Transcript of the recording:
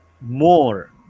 more